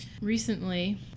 recently